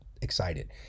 excited